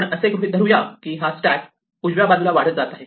आपण असे गृहीत धरू या की हा स्टॅक उजव्या बाजूला वाढत जात आहे